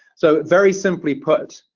so very simply put,